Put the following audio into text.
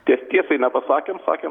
ties tiesiai nepasakėme sakėm